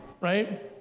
Right